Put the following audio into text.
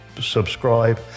subscribe